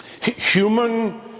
Human